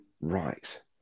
right